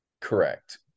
Correct